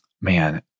man